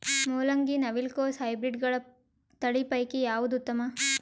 ಮೊಲಂಗಿ, ನವಿಲು ಕೊಸ ಹೈಬ್ರಿಡ್ಗಳ ತಳಿ ಪೈಕಿ ಯಾವದು ಉತ್ತಮ?